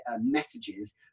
messages